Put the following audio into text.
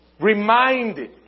reminded